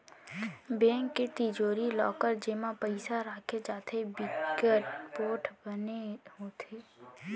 bank के तिजोरी, locker जेमा पइसा राखे जाथे बिकट पोठ बने होथे